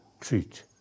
treat